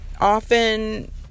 often